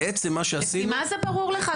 מה שעשינו --- לפי מה זה ברור לך?